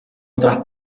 otras